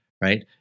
right